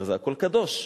הרי זה הכול קדוש,